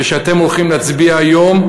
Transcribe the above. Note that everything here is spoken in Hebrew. ושאתם הולכים להצביע היום,